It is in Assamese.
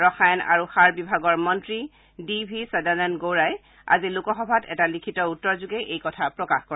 ৰসায়ন আৰু সাৰ বিভাগৰ মন্ত্ৰী ডি ভি সদানন্দ গোৰাই আজি লোকসভাত এটা লিখিত উত্তৰযোগে এই কথা প্ৰকাশ কৰে